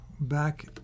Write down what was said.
back